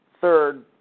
third